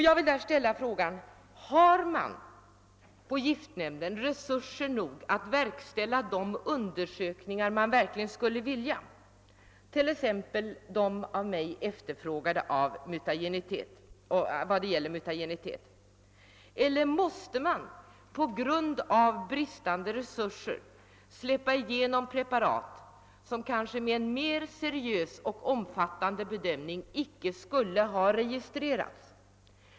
Jag vill ställa frågan: Har man på giftnämnden resurser nog för att verkställa de undersökningar som man verkligen skulle vilja genomföra, exempelvis de av mig efterfrågade undersökningarna rörande mutagenitet? Eller måste man på grund av bristande resurser släppa igenom preparat som kanske med en mer seriös och omfattande bedömning icke skulle ha registrerats?